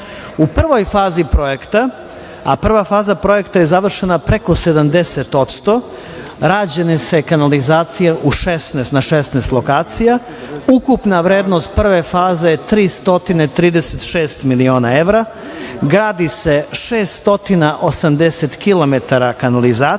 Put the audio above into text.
prvoj fazi projekta, a prva faza projekta je završena preko 70%, rađena je kanalizacija na 16 lokacija, ukupna vrednost prve faze je 336 miliona evra, gradi se 680km kanalizacije